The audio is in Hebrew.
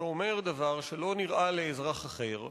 שאומר דבר שלא נראה לאזרח אחר.